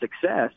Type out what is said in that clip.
success